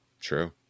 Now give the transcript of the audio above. True